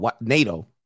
NATO